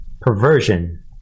perversion